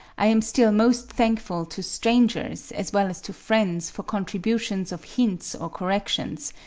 i am still most thankful to strangers as well as to friends for contributions of hints or corrections,